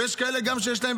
יש גם כאלה שיש להם,